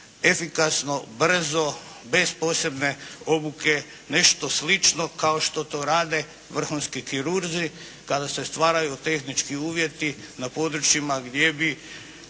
efikasno, brzo, bez posebne obuke nešto slično kao što to rade vrhunski kirurzi kada se stvaraju tehnički uvjeti na područjima gdje bi